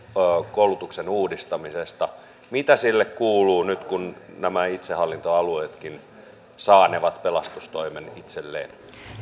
koulutuksen uudistamisesta mitä sille kuuluu nyt kun nämä itsehallintoalueetkin saanevat pelastustoimen itselleen